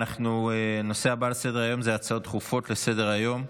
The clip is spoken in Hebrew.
הנושא הבא על סדר-היום הוא הצעות דחופות לסדר-היום.